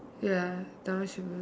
ya that one should be